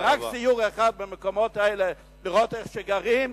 רק סיור אחד במקומות האלה לראות איך גרים,